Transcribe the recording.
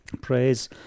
Praise